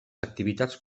activitats